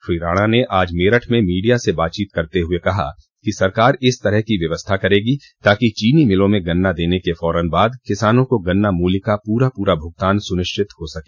श्री राणा ने आज मेरठे में मीडिया से बातचीत करते हुए कहा कि सरकार इस तरह की व्यवस्था करगी ताकि चीनी मिलों में गन्ना देने के फौरन बॉद किसानों को गन्ना मूल्य का पूरा पूरा भूगतान सुनिश्चित हो सके